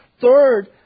Third